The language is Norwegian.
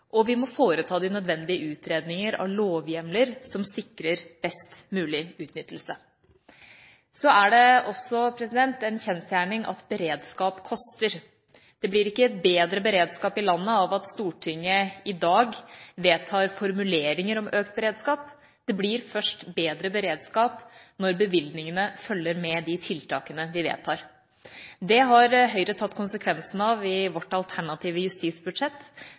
og vi må foreta de nødvendige utredninger av lovhjemler som sikrer best mulig utnyttelse. Så er det også en kjensgjerning at beredskap koster. Det blir ikke bedre beredskap i landet av at Stortinget i dag vedtar formuleringer om økt beredskap, det blir først bedre beredskap når bevilgningene følger med de tiltakene vi vedtar. Det har Høyre tatt konsekvensen av i sitt alternative justisbudsjett,